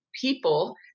people